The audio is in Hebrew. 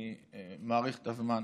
אני מעריך את הזמן